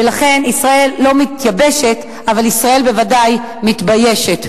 ולכן, ישראל לא מתייבשת אבל ישראל בוודאי מתביישת.